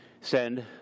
send